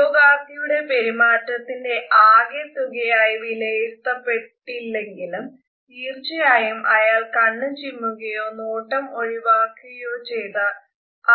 ഉദ്യോഗാർത്ഥിയുടെ പെരുമാറ്റത്തിന്റെ ആകെത്തുകയായ് വിലയിരുത്തപ്പെട്ടില്ലെങ്കിലും തീർച്ചയായും അയാൾ കണ്ണ് ചിമ്മുകയോ നോട്ടം ഒഴിവാക്കുകയോ ചെയ്ത